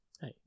Hey